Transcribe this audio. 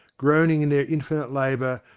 groaning in their infinite labour,